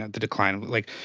the decline. like,